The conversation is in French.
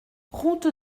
route